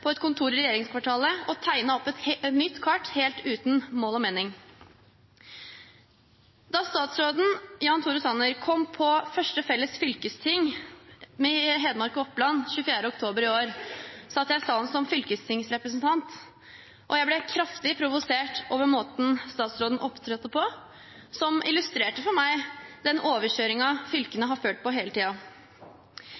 på et kontor i regjeringskvartalet og tegne opp et nytt kart helt uten mål og mening. Da statsråd Jan Tore Sanner kom på det første felles fylkestinget med Hedmark og Oppland 24. oktober i år, satt jeg i salen som fylkestingsrepresentant, og jeg ble kraftig provosert over måten statsråden opptrådte på, som illustrerte for meg den overkjøringen fylkene